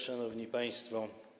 Szanowni Państwo!